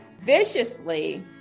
viciously